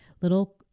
little